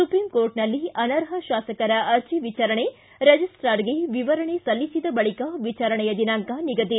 supreme ಕೋರ್ಟ್ನಲ್ಲಿ ಅನರ್ಹ ಶಾಸಕರ ಅರ್ಜಿ ವಿಚಾರಣೆ ರಿಜಿಸ್ವಾರ್ಗೆ ವಿವರಣೆ ಸಲ್ಲಿಸಿದ ಬಳಿಕ ವಿಚಾರಣೆಯ ದಿನಾಂಕ ನಿಗದಿ